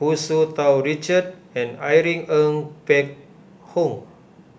Hu Tsu Tau Richard and Irene Ng Phek Hoong